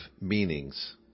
meanings